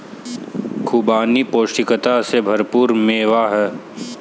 खुबानी पौष्टिकता से भरपूर मेवा है